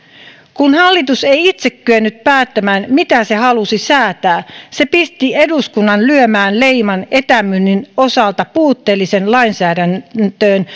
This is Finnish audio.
kun hallitus ei itse kyennyt päättämään mitä se halusi säätää se pisti eduskunnan lyömään leiman etämyynnin osalta puutteelliseen lainsäädäntöön